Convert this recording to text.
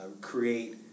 create